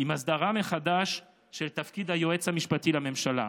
עם הסדרה מחדש של תפקיד היועץ המשפטי לממשלה